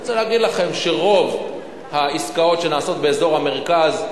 אני רוצה להגיד לכם שרוב העסקאות שנעשות באזור המרכז,